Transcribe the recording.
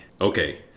Okay